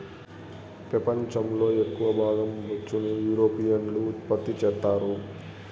పెపంచం లో ఎక్కవ భాగం బొచ్చును యూరోపియన్లు ఉత్పత్తి చెత్తారు